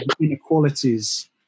inequalities